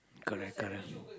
correct correct